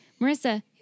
Marissa